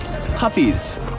puppies